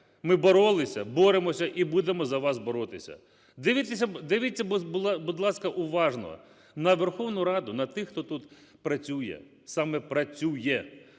Ми боролися, боремося і будемо за вас боротися. Дивіться, будь ласка, уважно на Верховну Раду, на тих, хто тут працює. Саме працює,